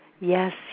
Yes